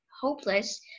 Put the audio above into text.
hopeless